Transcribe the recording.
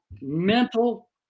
mental